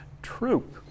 Troop